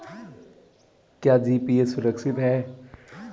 क्या जी.पी.ए सुरक्षित है?